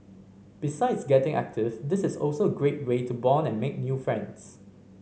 besides getting active this is also a great way to bond and make new friends